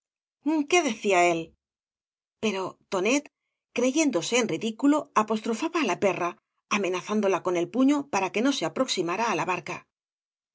qué decía él pero tonet creyéndose en ridículo apostrofaba á la perra amenazándola con el puño para que no se aproximara á la barca